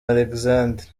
alexandre